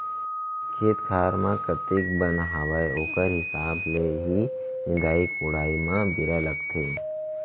खेत खार म कतेक बन हावय ओकर हिसाब ले ही निंदाई कोड़ाई म बेरा लागथे